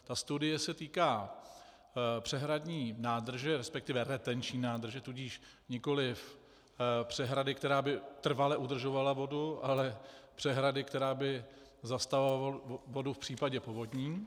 Ta studie se týká přehradní nádrže, respektive retenční nádrže, tudíž nikoliv přehrady, která by trvale udržovala vodu, ale přehrady, která by zastavovala vodu v případě povodní.